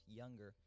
younger